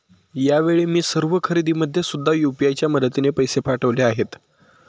यावेळी मी सर्व खरेदीमध्ये सुद्धा यू.पी.आय च्या मदतीने पैसे पाठवले आहेत